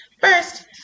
First